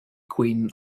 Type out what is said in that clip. queen